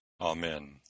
Amen